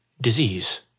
disease